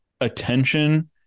attention